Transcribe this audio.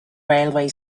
railway